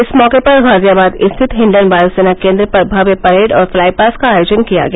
इस मौके पर गाजियाबाद स्थित हिंडन वाय सेना केन्द्र पर भव्य परेड और फ्लाईपास का आयोजन किया गया